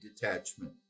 detachment